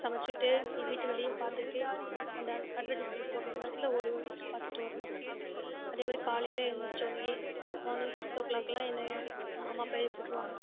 சமைச்சுட்டு வீட்டு வேலையும் பார்த்துக்கிட்டு அந்த அட்வடைஸ்மென்ட் போடற நேரத்தில் ஓடி ஓடிட்டு பார்த்துட்டு வருவோம் அதேமாதிரி காலையில் எழுந்திரிச்வொன்னேயே மார்னிங் சிக்ஸ் ஓ கிளாக்கெலாம் என்னை எங்கள் அம்மா அப்பா எழுப்பி விட்ருவாங்க